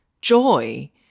joy